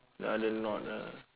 rather not ah